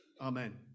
Amen